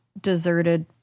deserted